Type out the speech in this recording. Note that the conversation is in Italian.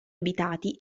abitati